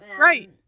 Right